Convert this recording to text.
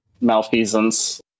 malfeasance